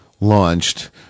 launched